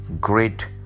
great